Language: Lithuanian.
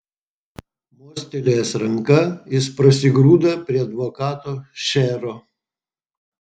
mostelėjęs ranka jis prasigrūda prie advokato šero